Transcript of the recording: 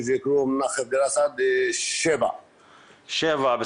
אנחנו שבעה ישובים.